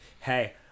hey